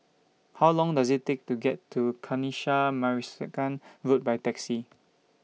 How Long Does IT Take to get to Kanisha Road By Taxi